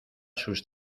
sus